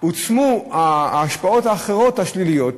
הועצמו ההשפעות האחרות השליליות,